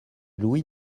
louis